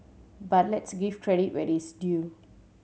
but let's give credit where it's due